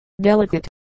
delicate